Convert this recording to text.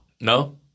No